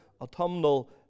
autumnal